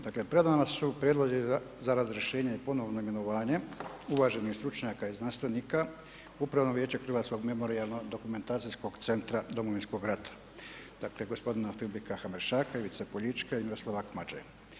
Dakle pred nama su prijedlozi za razrješenje i ponovno imenovanje uvaženih stručnjaka i znanstvenika u Upravno vijeće Hrvatsko memorijalno-dokumentacijskog centra Domovinskog rata dakle gospodina Filipa Hameršaka, Ivice Poljička i Miroslava Akmadže.